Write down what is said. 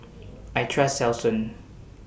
I Trust Selsun